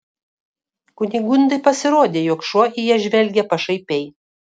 kunigundai pasirodė jog šuo į ją žvelgia pašaipiai